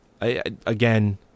Again